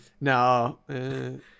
no